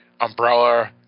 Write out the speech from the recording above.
umbrella